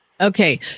Okay